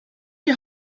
die